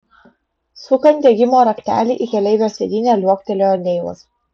sukant degimo raktelį į keleivio sėdynę liuoktelėjo neilas